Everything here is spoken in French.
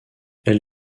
elle